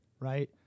right